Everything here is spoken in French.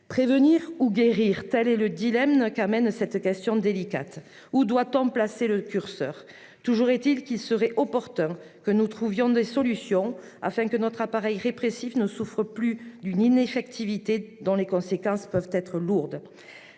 Prévenir ou guérir ? Tel est le dilemme qu'affrontent les acteurs de la protection de l'enfance. Où doit-on placer le curseur ? Toujours est-il qu'il serait opportun que nous trouvions des solutions afin que notre appareil répressif ne souffre plus d'une ineffectivité dont les conséquences peuvent être lourdes.